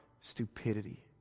stupidity